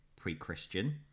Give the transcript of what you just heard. pre-Christian